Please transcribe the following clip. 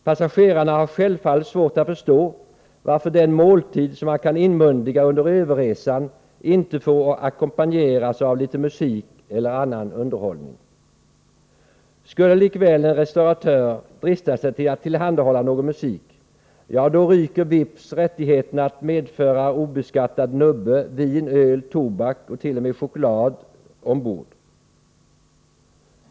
Passagerarna har självfallet svårt att förstå varför den måltid som de kan inmundiga under överresan inte får ackompanjeras av litet musik eller annan underhållning. Skulle likväl en restauratör drista sig att tillhandahålla någon musik, ja då ryker vips rättigheterna att obeskattat medföra nubbe, vin, öl, tobak och t.o.m. choklad ombord.